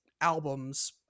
albums